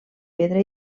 pedra